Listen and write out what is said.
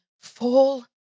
fall